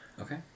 Okay